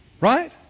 Right